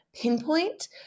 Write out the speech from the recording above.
pinpoint